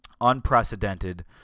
unprecedented